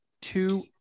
two